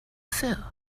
feel